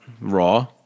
Raw